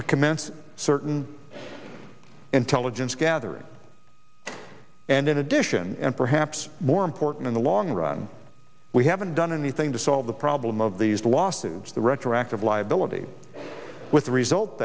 to commence certain intelligence gathering and in addition and perhaps more important in the long run we haven't done anything to solve the problem of these lawsuits the retroactive liability with the result